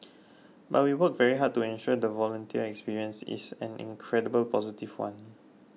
but we work very hard to ensure the volunteer experience is an incredible positive one